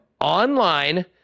online